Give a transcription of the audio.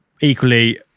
equally